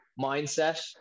mindset